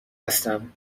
هستم